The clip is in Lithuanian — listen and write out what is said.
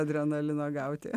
adrenaliną gauti